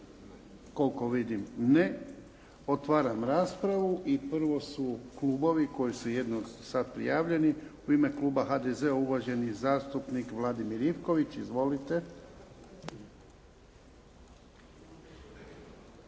Koliko vidim ne. Otvaram raspravu. Prvo su klubovi koji su jedino za sada prijavljeni. U ime kluba HDZ-a, uvaženi zastupnik Vladimir Ivković. Izvolite.